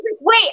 Wait